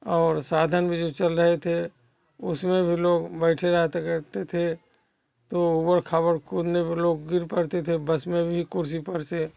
और साधन भी जो चल रहे थे उसमें भी लोग बैठे रहते करते थे तो उबड़ खाबड़ कूदने पर लोग गिर पड़ते थे बस में भी कुर्सी पर से